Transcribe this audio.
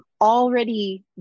Already